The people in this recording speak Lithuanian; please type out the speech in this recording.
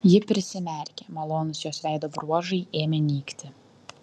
ji prisimerkė malonūs jos veido bruožai ėmė nykti